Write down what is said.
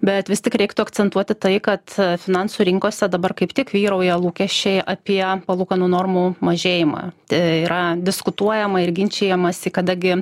bet vis tik reiktų akcentuoti tai kad finansų rinkose dabar kaip tik vyrauja lūkesčiai apie palūkanų normų mažėjimą tai yra diskutuojama ir ginčijamasi kada gi